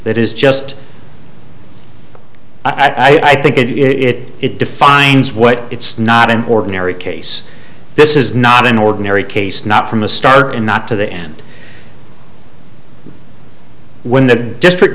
that is just i think it is it defines what it's not an ordinary case this is not an ordinary case not from the start and not to the end when the district